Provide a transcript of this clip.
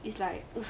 it's like